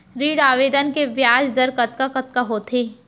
ऋण आवेदन के ब्याज दर कतका कतका होथे?